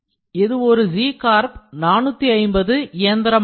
இது ஒரு Z Corp 450 இயந்திரமாகும்